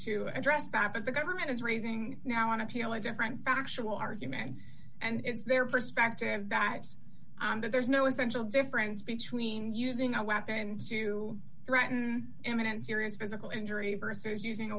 to address back to the government is raising now on appeal a different factual argument and it's their perspective that says that there's no essential difference between using a weapon to threaten imminent serious physical injury versus using a